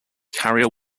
carrier